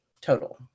total